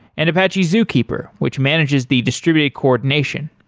and apache zookeeper. which manages the distributed coordination.